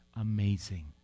amazing